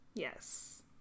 yes